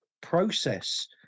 process